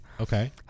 Okay